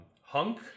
Hunk